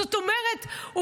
זאת אומרת,